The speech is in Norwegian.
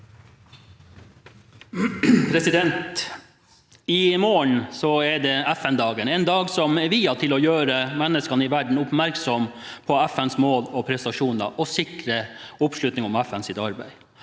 I morgen er det FN- dagen – en dag som er viet til å gjøre menneskene i verden oppmerksom på FNs mål og prestasjoner og sikre oppslutning om FNs arbeid.